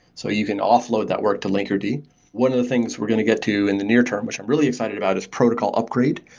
so you can offload that work to linkerd. one of the things we're going to get to in the near term, which i'm really excited about, is protocol upgrade.